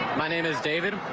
my name is david.